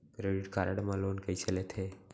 Credit card मा loan कइसे लेथे?